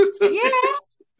Yes